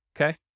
Okay